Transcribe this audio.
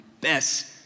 best